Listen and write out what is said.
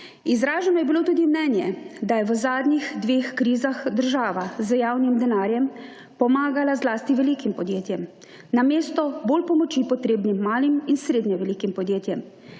Izraženo je bilo tudi mnenje, da je v zadnjih dveh krizah država z javnim denarjem pomagala zlasti velikim podjetjem, namesto bolj pomoči potrebnim malim in srednje velikim podjetjem.